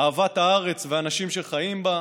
אהבת הארץ והאנשים שחיים בה.